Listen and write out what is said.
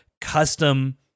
custom